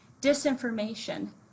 disinformation